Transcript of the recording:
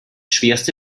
schwerste